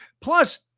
Plus